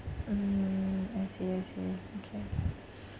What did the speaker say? mm I see I see okay